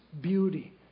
beauty